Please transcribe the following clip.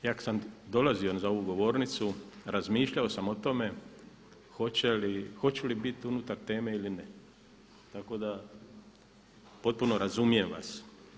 Ja kada sam dolazio za ovu govornicu razmišljao sam o tome hoću li biti unutar teme ili ne, tako da potpuno razumijem vas.